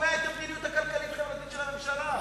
שקובע את המדיניות הכלכלית-חברתית של הממשלה.